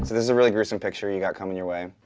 this is a really gruesome picture you got coming your way.